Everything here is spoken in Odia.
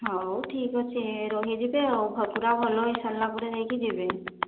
ହଉ ଠିକ ଅଛି ରହି ଯିବେ ଆଉ ପୁରା ଭଲ ହୋଇ ସାରିଲା ପରେ ଯାଇକି ଯିବେ